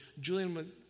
Julian